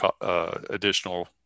additional